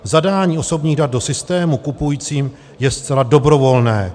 Zadání osobních dat do systému kupujícím je zcela dobrovolné.